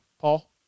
Paul